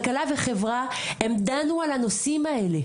כלכלה וחברה הם דנו על הנושאים האלה,